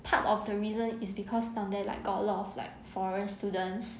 part of the reason is because down there like got a lot of like foreign students